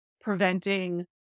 preventing